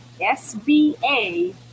sba